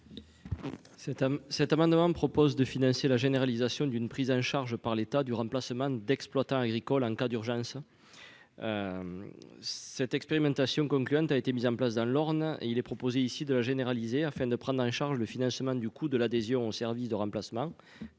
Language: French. cet amendement propose de financer la généralisation d'une prise en charge par l'État du remplacement d'exploitants agricoles en cas d'urgence, cette expérimentation concluante, a été mise en place dans l'Orne, il est proposé ici de la généraliser, afin de prendre en charge le financement du coup de l'adhésion au service de remplacement